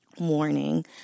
morning